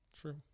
True